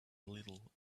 little